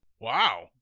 Wow